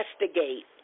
investigate